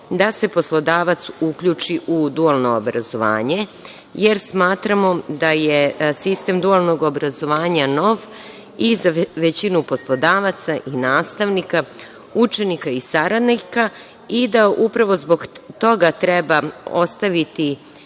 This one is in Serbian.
da se poslodavac uključi u dualno obrazovanje, jer smatramo da je sistem dualnog obrazovanja nov i za većinu poslodavaca i nastavnika, učenika i saradnika i da upravo zbog toga treba ostaviti